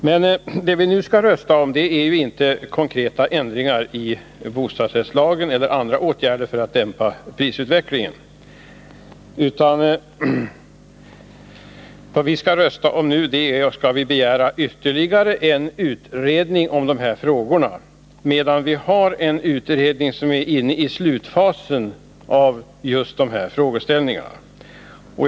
Men det som vi nu skall rösta om är inte konkreta ändringar i bostadsrättslagen eller andra åtgärder för att dämpa prisutvecklingen, utan vad det nu gäller är om vi skall begära ytterligare en utredning om dessa frågor samtidigt som en utredning just på detta område befinner sig i slutfasen.